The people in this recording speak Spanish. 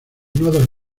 nodos